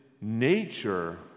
nature